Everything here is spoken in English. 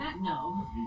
no